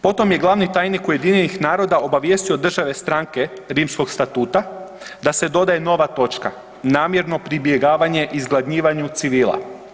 Potom je glavni tajnik Ujedinjenih naroda obavijestio države stranke Rimskog statuta da se dodaje nova točka namjerno pribjegavanje izgladnjivanju civila.